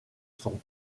son